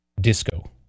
disco